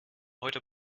heute